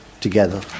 together